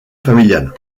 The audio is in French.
familial